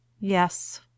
Yes